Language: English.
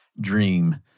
dream